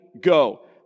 Go